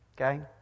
Okay